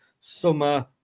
summer